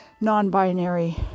non-binary